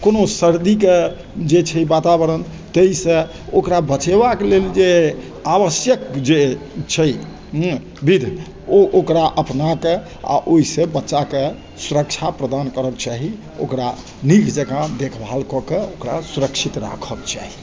कोनो सर्दीके जे छै वातावरण ताहिसँ ओकरा बचेबाक लेल जे आवश्यक जे छै विधि ओ ओकरा अपनाके आ ओहिसँ बच्चाक सुरक्षा प्रदान करक चाही ओकरा नीक जँका देखभाल कऽ कऽ ओकरा सुरक्षित राखक चाही